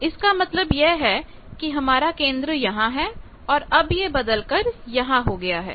तो इसका मतलब यह है कि हमारा केंद्र यहां है और अब यह बदलकर यहां हो गया है